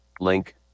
Link